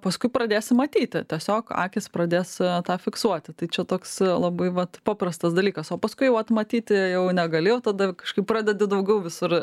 paskui pradėsi matyti tiesiog akys pradės tą fiksuoti tai čia toks labai vat paprastas dalykas o paskui vat matyti jau negali jau tada kažkaip pradedi daugiau visur